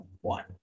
one